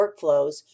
workflows